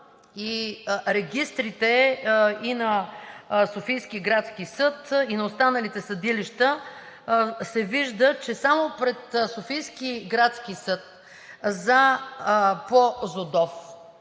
и регистрите и на Софийски градски съд, и на останалите съдилища, се вижда, че само пред Софийски градски съд по